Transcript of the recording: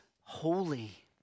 holy